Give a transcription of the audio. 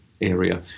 area